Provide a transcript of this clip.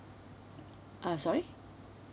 uh sorry